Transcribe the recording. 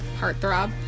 heartthrob